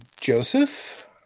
Joseph